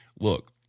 look